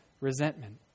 resentment